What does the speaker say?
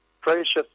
Precious